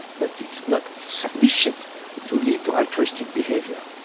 but it's not sufficient to lead to altruistic behaviour.